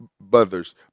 brothers